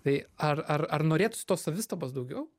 tai ar ar ar norėtųsi tos savistabos daugiau